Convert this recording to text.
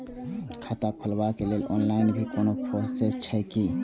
खाता खोलाबक लेल ऑनलाईन भी कोनो प्रोसेस छै की?